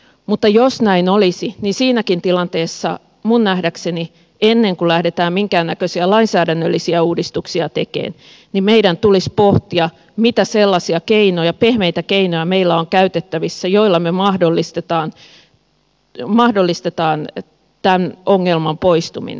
mutta jos näin olisi niin siinäkin tilanteessa minun nähdäkseni ennen kuin lähdetään minkäännäköisiä lainsäädännöllisiä uudistuksia tekemään meidän tulisi pohtia mitä sellaisia pehmeitä keinoja meillä on käytettävissä joilla me mahdollistamme tämän ongelman poistumisen